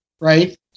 right